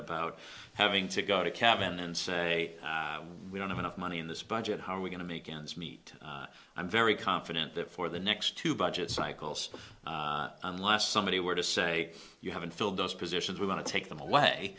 about having to go to cabin and say we don't have enough money in this budget how are we going to make ends meet i'm very confident that for the next two budget cycles unless somebody were to say you haven't filled those positions we want to take them away